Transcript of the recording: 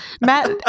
matt